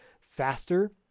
faster